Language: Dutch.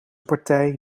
partij